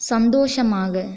சந்தோஷமாக